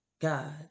God